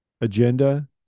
agenda